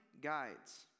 guides